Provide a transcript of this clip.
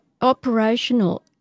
operational